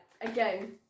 again